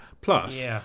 plus